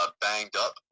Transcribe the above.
banged-up